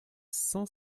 saint